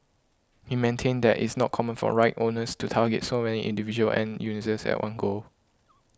he maintained that it's not common for rights owners to target so many individual end users at one go